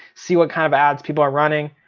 see what kind of ads people are running.